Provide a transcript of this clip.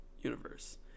Universe